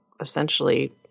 essentially